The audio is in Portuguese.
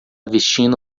vestindo